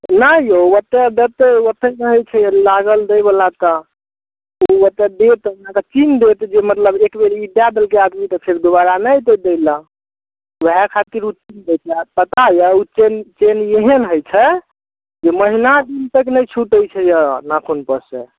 नहि यौ ओतऽ देतै ओतहे रहै छै लागल दै बला तऽ ओ ओतऽ देत एना कऽ चीन देत जे मतलब एक बेर ई दए देलकै आदमी तऽ फेर दोबारा नहि अयतै दै लऽ ओहए खातिर ओ चीन्ह दै छै आ पता यऽ ओ चेन चेन एहन होइ छै जे महीना दिन तक नहि छूटै छै यऽ नाखुनपर से